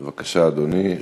בבקשה, אדוני.